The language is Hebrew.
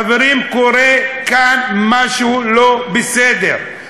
חברים, קורה כאן משהו לא בסדר,